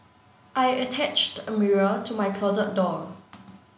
I attached a mirror to my closet door